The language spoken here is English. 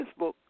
Facebook